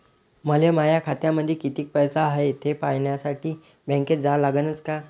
मले माया खात्यामंदी कितीक पैसा हाय थे पायन्यासाठी बँकेत जा लागनच का?